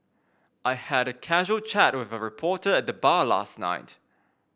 I had a casual chat with a reporter at the bar last night